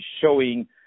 showing –